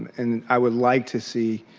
and i would like to see,